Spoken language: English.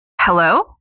Hello